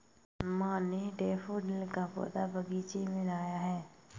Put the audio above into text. माँ ने डैफ़ोडिल का पौधा बगीचे में लगाया है